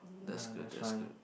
that's good that's good